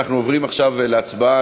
אנחנו עוברים עכשיו להצבעה.